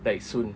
like soon